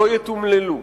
לא יתומללו,